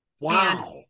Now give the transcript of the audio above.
Wow